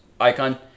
Icon